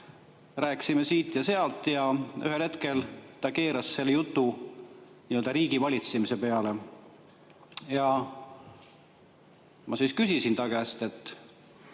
Rääkisime siit ja sealt ja ühel hetkel ta keeras jutu riigivalitsemise peale. Ma küsisin ta käest, mis